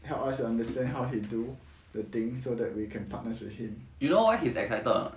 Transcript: help us on understand how he do the thing so that we can partner with him